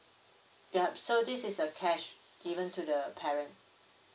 ya so this is a cash given to the parent